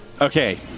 Okay